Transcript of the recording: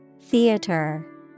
Theater